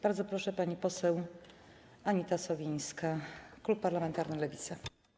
Bardzo proszę, pani poseł Anita Sowińska, klub parlamentarny Lewica.